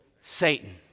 Satan